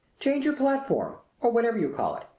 change your platform or whatever you call it!